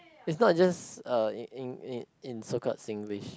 is not just uh in in in in so called Singlish